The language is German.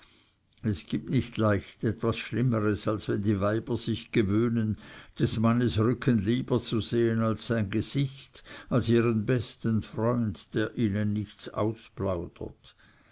es gibt nicht leicht was schlimmeres als wenn die weiber sich gewöhnen des mannes rücken lieber zu sehen als sein gesicht als ihren besten freund der ihnen nichts ausplaudert